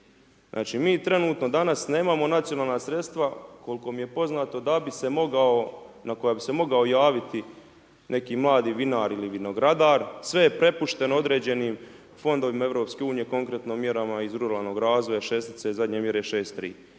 mi trenutno danas nemamo nacionalna sredstva koliko mi je poznato na koja bi se mogao javiti neki mladi vinar ili vinogradar, sve je prepušteno određenim fondovima EU-a, konkretno mjerama iz ruralnog razvoja,